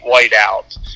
Whiteout